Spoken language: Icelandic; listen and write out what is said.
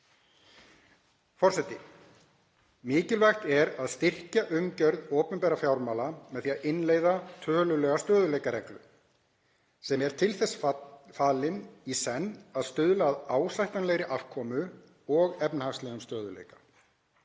Forseti. Mikilvægt er að styrkja umgjörð opinberra fjármála með því að innleiða tölulega stöðugleikareglu sem er til þess fallin í senn að stuðla að ásættanlegri afkomu og efnahagslegum stöðugleika.